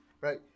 Right